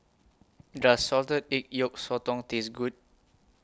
Does Salted Egg Yolk Sotong Taste Good